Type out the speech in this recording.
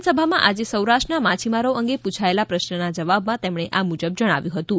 વિધાનસભામાં આજે સૌરાષ્ટ્રના માછીમારો અંગે પૂછાયેલા પ્રશ્નના જવાબમાં તેમણે આ મુજાબ જણાવ્યું હતું